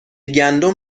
گندم